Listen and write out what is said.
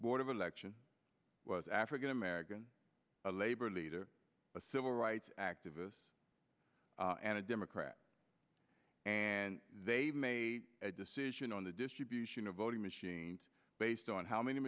board of election was african american a labor leader a civil rights activist and a democrat and they made a decision on the distribution of voting machines based on how many